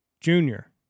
Junior